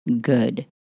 good